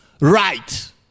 right